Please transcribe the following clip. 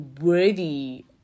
worthy